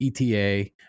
ETA